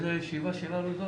זו ישיבה רביעית שלנו.